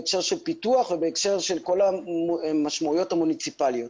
בהקשר של פיתוח ובהקשר של כל המשמעויות המוניציפאליות.